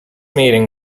meeting